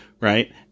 right